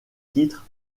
titre